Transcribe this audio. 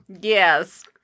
Yes